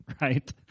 right